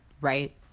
right